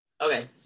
Okay